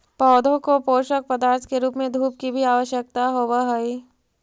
पौधों को पोषक पदार्थ के रूप में धूप की भी आवश्यकता होवअ हई